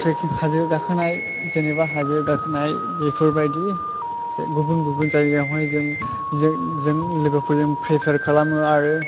trekking हाजो गाखोनाय जेनोबा हाजो गाखोनाय बेफोरबादि गुबुन गुबुन जायगायावहाय जों लोगोफोरजों प्रिपियार खालामो आरो